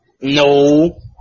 No